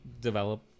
develop